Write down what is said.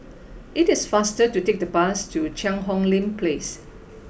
it is faster to take the bus to Cheang Hong Lim Place